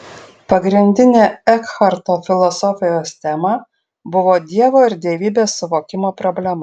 pagrindinė ekharto filosofijos tema buvo dievo ir dievybės suvokimo problema